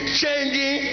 changing